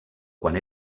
quan